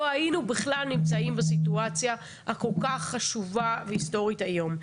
לא היינו בכלל נמצאים בסיטואציה הכל כך חשובה והיסטורית היום.